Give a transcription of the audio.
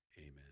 Amen